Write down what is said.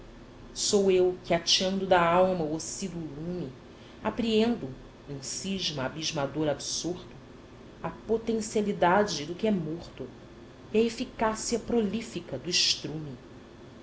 sou eu que ateando da alma o ocíduo lume apreendo em cisma abismadora absorto a potencialidade do que é morto e a eficácia prolífica do estrume